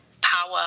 Power